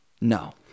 No